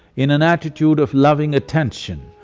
in an attitude of loving attention,